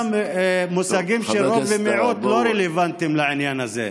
מושגים של רוב ומיעוט לא רלוונטיים לעניין הזה.